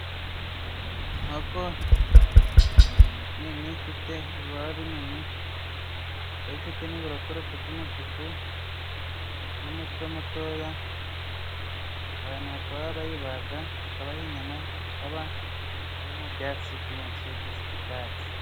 Inkoko nini, ifite ibibaba binini, ikaba ifite n'ibirokoroko by'umutuku, n'umutwe mutoya. Abantu bakaba bayibaga, ikabaha inyama. Ikaba iri mu byatsi byinshi by'ibyatsi.